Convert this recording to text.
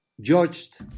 judged